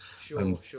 Sure